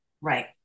Right